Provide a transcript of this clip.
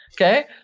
okay